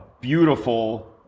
beautiful